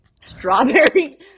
strawberry